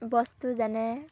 বস্তু যেনে